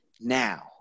Now